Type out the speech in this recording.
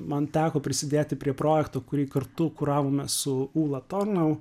man teko prisidėti prie projekto kurį kartu kuravome su ūla tornau